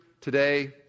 today